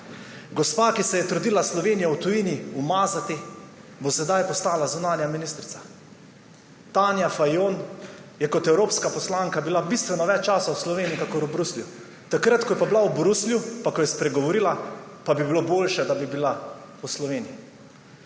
Gospa, ki se je trudila Slovenijo v tujini umazati, bo sedaj postala zunanja ministrica. Tanja Fajon je bila kot evropska poslanka bistveno več časa v Sloveniji kakor v Bruslju. Takrat ko pa je bila v Bruslju in je spregovorila, pa bi bilo boljše, da bi bila v Sloveniji.